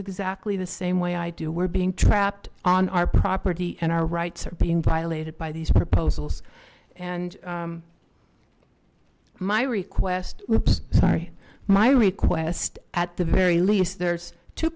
exactly the same way i do we're being trapped on our property and our rights are being violated by these proposals and my request oops sorry my request at the very least there's two